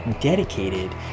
dedicated